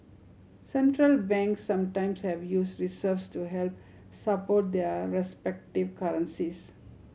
Central Banks sometimes have use reserves to help support their respective currencies